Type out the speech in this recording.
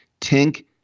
Tink